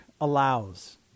allows